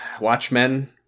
Watchmen